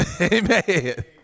amen